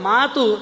Matu